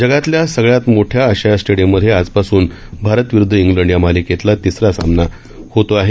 जगातल्या सगळ्यात मोठ्या अशा या स्टेडियममध्ये आजपासून भारत विरुदध इंग्लंड या मालिकेतला तिसरा सामना होतो आहे